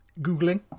googling